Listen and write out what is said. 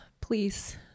please